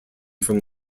from